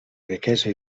riquesa